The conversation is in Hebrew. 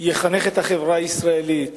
יחנך את החברה הישראלית